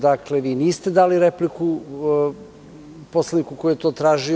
Dakle, vi niste dali repliku poslaniku koji je to tražio.